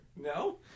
no